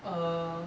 err